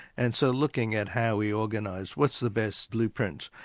and so looking at how we organise what's the best blueprint,